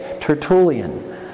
Tertullian